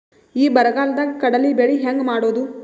ಈ ಬರಗಾಲದಾಗ ಕಡಲಿ ಬೆಳಿ ಹೆಂಗ ಮಾಡೊದು?